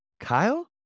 Kyle